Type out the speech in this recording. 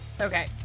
Okay